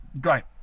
Great